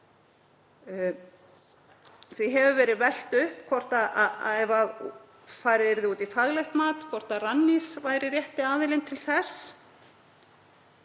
Því hefur verið velt upp ef farið yrði út í faglegt mat hvort Rannís væri rétti aðilinn til þess.